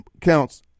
counts